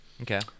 Okay